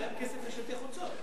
אין להם כסף לשלטי חוצות.